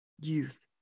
youth